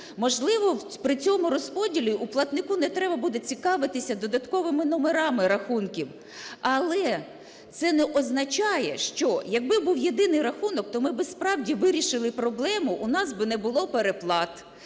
можливо, при цьому розподілі платнику не треба буде цікавитися додатковими номерами рахунків. Але це не означає, що якби був єдиний рахунок, то ми би, справді, вирішили проблему, у нас би не було переплат,